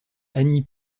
annie